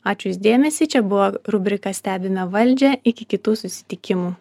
ačiū už dėmesį čia buvo rubrika stebime valdžią iki kitų susitikimų